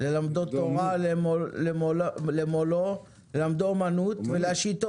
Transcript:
ללמדו תורה למולו ללמדו אמנות ולהשיטו